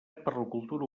cultura